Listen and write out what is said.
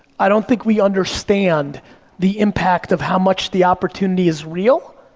i don't think we understand the impact of how much the opportunity is real,